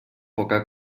poca